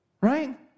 Right